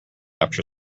after